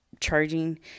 Charging